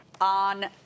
On